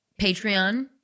Patreon